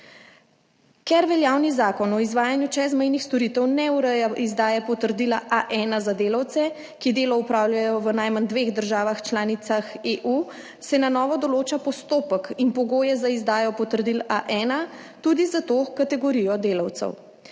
Ker veljavni zakon o izvajanju čezmejnih storitev ne ureja izdaje potrdila A1 za delavce, ki delo opravljajo v najmanj dveh državah članicah EU, se na novo določajo postopek in pogoji za izdajo potrdil A1 tudi za to kategorijo delavcev.